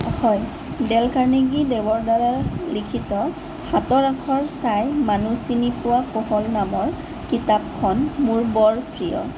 হয় ডেলকাৰ্ণিকি দেৱৰ দ্বাৰা লিখিত হাতৰ আখৰ চাই মানুহ চিনি পোৱা কৌশল নামৰ কিতাপখন মোৰ বৰ প্ৰিয়